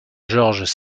georges